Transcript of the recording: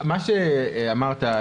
מה שאמרת,